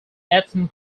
eton